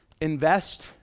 Invest